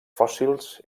fòssils